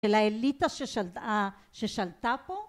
של האליטה ששלטה פה